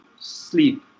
sleep